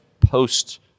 post